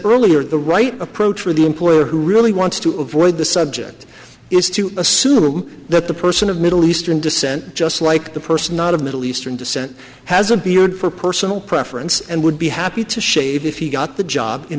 earlier the right approach for the employer who really wants to avoid the subject is to assume that the person of middle eastern descent just like the person not of middle eastern descent has a beard for personal preference and would be happy to shave if he got the job in